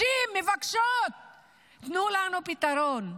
תנו לנו פתרון.